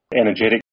energetic